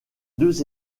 deux